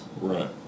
Right